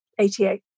88